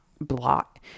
block